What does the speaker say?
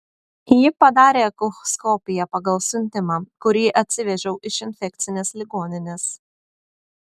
ji padarė echoskopiją pagal siuntimą kurį atsivežiau iš infekcinės ligoninės